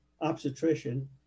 obstetrician